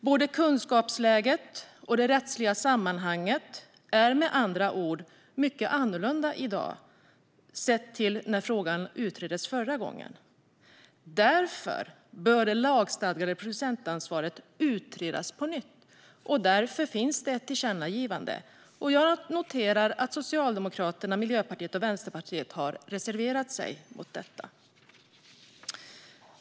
Både kunskapsläget och det rättsliga sammanhanget är med andra ord mycket annorlunda i dag jämfört med när frågan utreddes förra gången. Därför bör det lagstadgade producentansvaret utredas på nytt, och det finns därför ett tillkännagivande. Jag noterar att Socialdemokraterna, Miljöpartiet och Vänsterpartiet har reserverat sig mot detta.